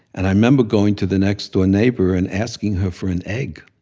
and i remember going to the nextdoor neighbor and asking her for an egg.